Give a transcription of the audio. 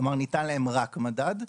כלומר ניתן להם רק מדד,